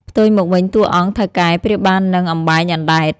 ផ្ទុយមកវិញ តួអង្គ ថៅកែ ប្រៀបបាននឹង "អំបែងអណ្ដែត"។